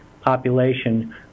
population